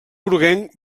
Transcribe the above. groguenc